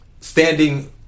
Standing